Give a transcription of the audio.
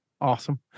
Awesome